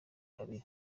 babiri